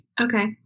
Okay